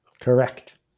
Correct